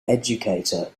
educator